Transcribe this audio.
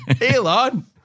Elon